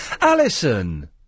Alison